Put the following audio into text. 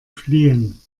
fliehen